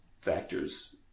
factors